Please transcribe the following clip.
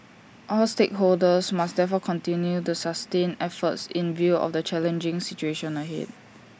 all stakeholders must therefore continue the sustain efforts in view of the challenging situation ahead